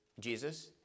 Jesus